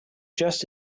just